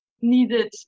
needed